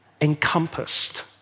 encompassed